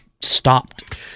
stopped